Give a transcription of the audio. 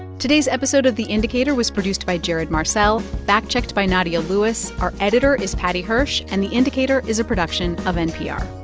today's episode of the indicator was produced by jared marcelle, fact-checked by nadia lewis. our editor is paddy hirsch. and the indicator is a production of npr